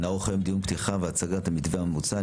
היום אנחנו נערוך דיון פתיחה והצגת המתווה המוצע.